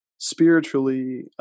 spiritually